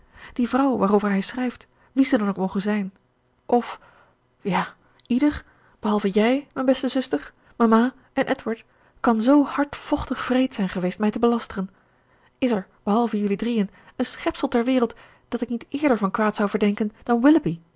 die vrouw waarover hij schrijft wie ze dan ook moge zijn of ja ieder behalve jij mijn beste zuster mama en edward kan zoo hardvochtig wreed zijn geweest mij te belasteren is er behalve jelui drieën een schepsel ter wereld dat ik niet eerder van kwaad zou verdenken